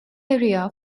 area